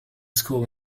school